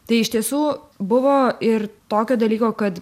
tai iš tiesų buvo ir tokio dalyko kad